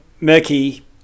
murky